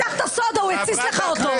בוא תפתח את הסודה, הוא יתסיס לך אותו.